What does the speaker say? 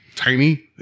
Tiny